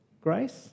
grace